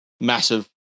massive